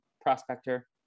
prospector